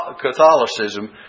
Catholicism